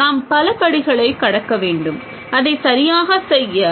நாம் பல படிகளைக் கடக்க வேண்டும் அதைச் சரியாகச் செய்ய